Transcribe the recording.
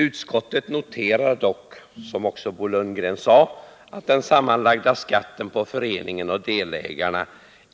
Utskottet noterar dock — som också Bo Lundgren sade — att den sammanlagda skatten på föreningen och delägarna